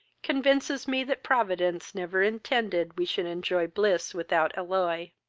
convinces me that providence never intended we should enjoy bliss without alloy.